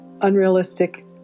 Unrealistic